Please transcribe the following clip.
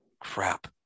crap